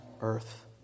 earth